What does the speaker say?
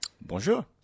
Bonjour